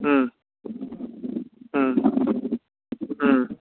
ꯎꯝ ꯎꯝ ꯎꯝ